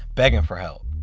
begging for help.